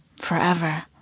forever